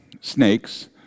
snakes